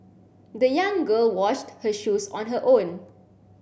the young girl washed her shoes on her own